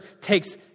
takes